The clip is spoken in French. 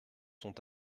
sont